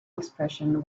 expression